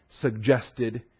suggested